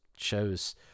shows